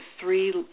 three